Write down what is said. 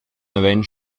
naven